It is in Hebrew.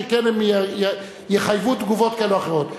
שכן הן יחייבו תגובות כאלה או אחרות.